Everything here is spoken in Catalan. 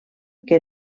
que